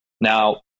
Now